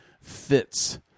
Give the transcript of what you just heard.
fits